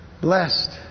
blessed